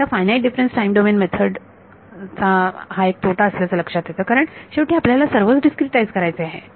ह्या finite difference time domain method हा एक तोटा असल्याचे लक्षात येते कारण शेवटी आपल्याला सर्वच डीस्क्रीटाइझ करायचे आहे